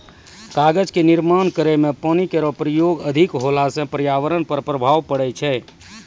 कागज क निर्माण करै म पानी केरो प्रयोग अधिक होला सँ पर्यावरण पर प्रभाव पड़ै छै